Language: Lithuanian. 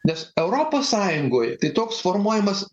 nes europos sąjungoj tai toks formuojamas